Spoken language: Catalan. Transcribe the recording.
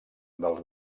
del